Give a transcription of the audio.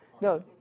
No